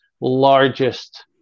largest